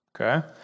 Okay